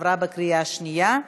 התקבלה בקריאה שנייה,